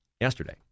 yesterday